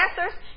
answers